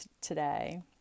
today